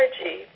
energy